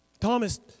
Thomas